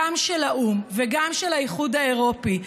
גם של האו"ם וגם של האיחוד האירופי,